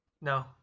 no